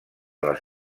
les